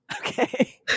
Okay